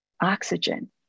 oxygen